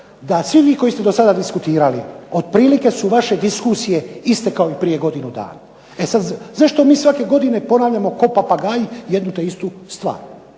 da svi vi koji ste do sada diskutirali otprilike su vaše diskusije iste kao i prije godinu dana. E sada zašto mi svake godine ponavljamo kao papagaji jednu te istu stvar.